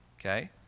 okay